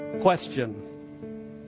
question